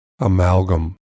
amalgam